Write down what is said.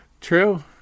True